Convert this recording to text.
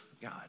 God